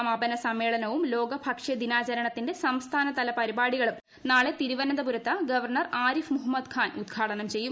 സമാപന സമ്മേളനവും ലോക ഭക്ഷ്യ ദിനാചരണത്തിന്റെ സംസ്ഥാനതല പരിപാടികളും നാളെ തിരുവനന്തപുരത്ത് ഗവർണർ ആരിഫ് മുഹമ്മദ് ഖാൻ ഉദ്ഘാടനം ചെയ്യും